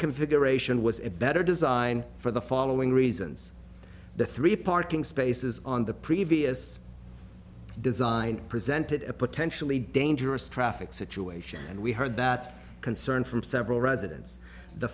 reconfiguration was a better design for the following reasons the three parking spaces on the previous design presented a potentially dangerous traffic situation and we heard that concern from several residents the